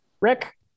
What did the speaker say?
Rick